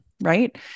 Right